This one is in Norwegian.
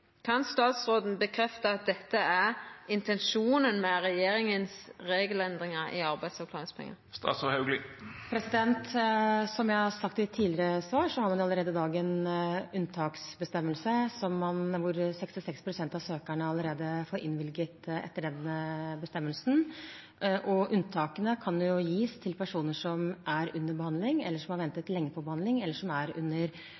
Kan statsråden bekrefta at dette er intensjonen med regjeringas regelendringar i arbeidsavklaringspengar? Som jeg har sagt i tidligere svar, har man allerede i dag en unntaksbestemmelse, og 66 pst. av søkerne får innvilget unntak etter den bestemmelsen. Unntakene kan gis til personer som er under behandling, som har ventet lenge på behandling, eller som er under opplæring. Hvis det er slik at en alvorlig syk pasient som er under